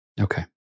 Okay